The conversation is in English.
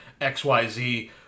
XYZ